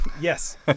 Yes